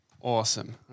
Awesome